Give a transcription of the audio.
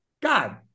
God